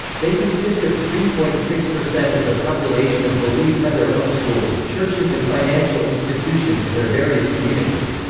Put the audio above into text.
they consist of three point six percent of the population of belize have their own schools, churches and financial institutions in their various communities.